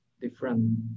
different